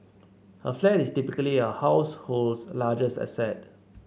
a flat is typically a household's largest asset